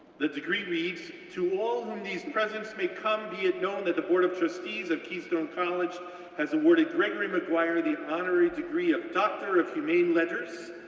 the degree reads, to all whom these presents may come, it ah known that the board of trustees of keystone college has awarded gregory maguire the honorary degree of doctor of humane letters,